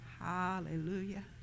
Hallelujah